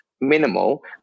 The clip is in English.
minimal